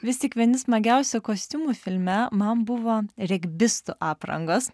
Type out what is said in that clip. vis tik vieni smagiausių kostiumų filme man buvo regbistų aprangos